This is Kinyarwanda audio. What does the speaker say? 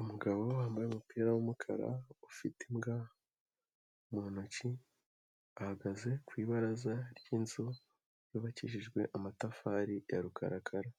Umugabo wambaye umupira w'umukara ufite imbwa, mu ntoki, ahagaze ku ibaraza ry'inzu yubakishijwe amatafari ya rukarakara.